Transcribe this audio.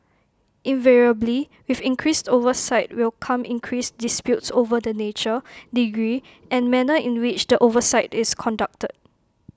invariably with increased oversight will come increased disputes over the nature degree and manner in which the oversight is conducted